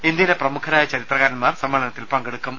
ഇന്ത്യയിലെ പ്രമുഖരായ ചരിത്രകാരന്മാർ സമ്മേളനത്തിൽ പങ്കെടുക്കും